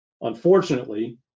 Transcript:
Unfortunately